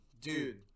dude